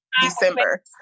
December